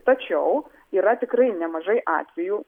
tačiau yra tikrai nemažai atvejų